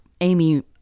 amy